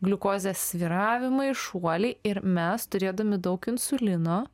gliukozės svyravimai šuoliai ir mes turėdami daug insulino